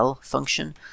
function